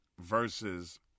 Versus